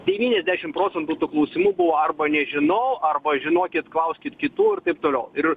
devyniasdešim procentų tų klausimų buvo arba nežinau arba žinokit klauskit kitų ir taip toliau ir